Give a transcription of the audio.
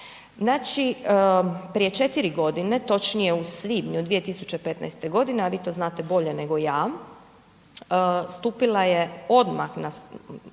Znači prije 4 godine, točnije u svibnju 2015. godine a vi to znate bolje nego ja stupila je na snagu